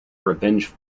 revenge